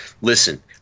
listen